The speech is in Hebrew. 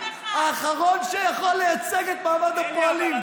האחרון שיכול לייצג את מעמד הפועלים,